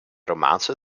romaanse